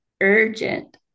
urgent